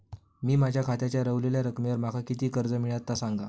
मी माझ्या खात्याच्या ऱ्हवलेल्या रकमेवर माका किती कर्ज मिळात ता सांगा?